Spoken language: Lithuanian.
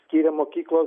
skyrėm mokykla